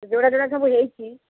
ଯୋଉଟା ଯୋଉଟା ସବୁ ହୋଇଛି